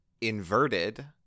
inverted